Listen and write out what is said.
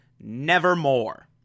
Nevermore